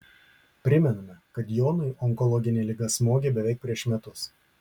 primename kad jonui onkologinė liga smogė beveik prieš metus